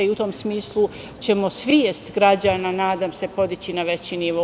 U tom smislu ćemo svest građana, nadam se podići na veći nivo.